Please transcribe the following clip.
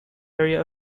area